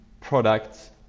products